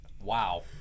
Wow